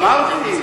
אמרתי.